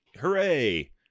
hooray